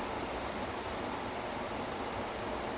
eh did you did you watch the latest season